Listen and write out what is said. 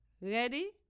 Ready